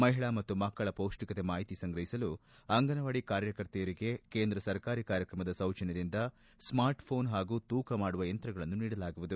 ಮಹಿಳಾ ಮತ್ತು ಮಕ್ಕಳ ಪೌಷ್ಟಿಕತೆ ಮಾಹಿತಿ ಸಂಗ್ರಹಿಸಲು ಅಂಗನವಾಡಿ ಕಾರ್ಯಕರ್ತೆಯರಿಗೆ ಕೇಂದ್ರ ಸರ್ಕಾರಿ ಕಾರ್ಯಕ್ರಮದ ಸೌಜನ್ನದಿಂದ ಸ್ಪಾರ್ಟ್ಫೋನ್ ಹಾಗೂ ತೂಕ ಮಾಡುವ ಯಂತ್ರವನ್ನು ನೀಡಲಾಗುವುದು